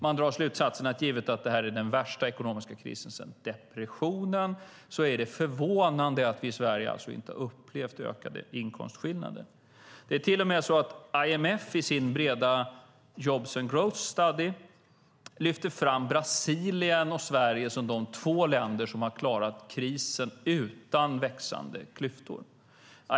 Man drar slutsatsen att givet att detta är den värsta ekonomiska krisen sedan depressionen är det förvånande att vi i Sverige inte har upplevt ökade inkomstskillnader. Det är till och med så att IMF sin breda Jobs and Growth Study lyfter fram Brasilien och Sverige som de två länder som har klarat krisen utan växande klyftor.